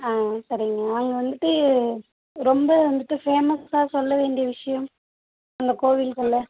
ஆ சரிங்க அங்கே வந்துட்டு ரொம்ப வந்துட்டு ஃபேமஸ்ஸா சொல்ல வேண்டிய விஷயம் அந்த கோவில்களில்